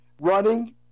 running